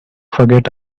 forget